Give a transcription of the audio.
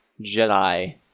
Jedi